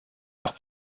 leurs